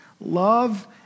Love